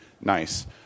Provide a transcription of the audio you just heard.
Nice